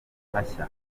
hashya